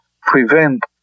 prevent